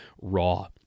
raw